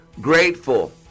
grateful